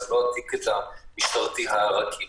זה לא הטיקט המשטרתי הרגיל.